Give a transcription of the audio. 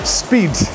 speed